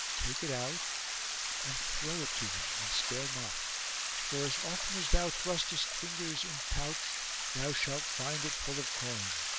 take it out and throw it to them and spare not for as often as thou thrustest fingers in pouch thou shalt find it full of coin.